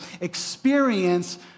Experience